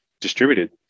distributed